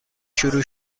شروع